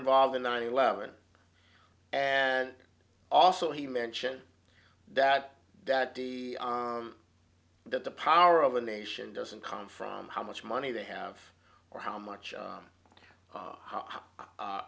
involved in nine eleven and also he mentioned that that the that the power of a nation doesn't come from how much money they have or how much